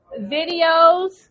videos